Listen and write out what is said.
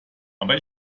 aber